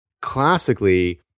classically